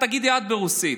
תגידי את ברוסית.